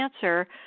cancer